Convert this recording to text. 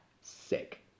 sick